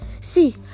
See